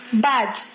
bad